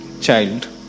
Child